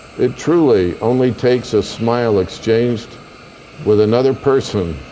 it truly only takes a smile exchanged with another person